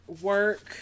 work